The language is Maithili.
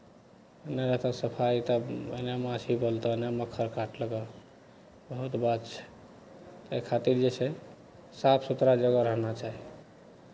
नहि रहतह सफाइ तब ओहिना माँछी बोलतह ओहने मख्खर काटलकह बहुत बात छै एहि खातिर जे छै साफ सुथरा जगह रहना चाही